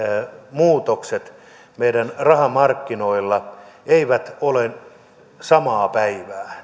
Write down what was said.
muutokset meidän rahamarkkinoilla eivät ole samaa päivää